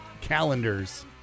calendars